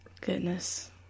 goodness